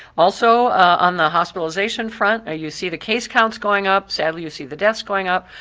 also on the hospitalization front, you see the case counts going up, sadly, you see the deaths going up.